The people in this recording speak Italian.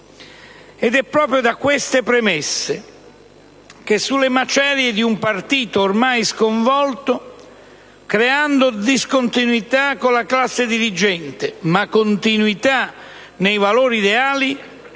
Ed è proprio da queste premesse che, sulle macerie di un partito ormai sconvolto, creando discontinuità con la classe dirigente, ma continuità nei valori reali,